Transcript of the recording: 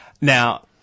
Now